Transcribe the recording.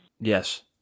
Yes